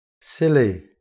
Silly